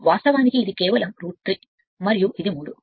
ఇది కేవలం3 33 మరియు ఇది 3